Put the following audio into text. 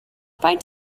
faint